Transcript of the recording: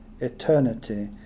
eternity